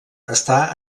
està